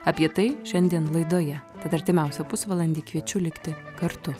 apie tai šiandien laidoje tad artimiausią pusvalandį kviečiu likti kartu